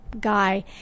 guy